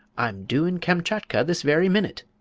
i'm due in kamchatka this very minute.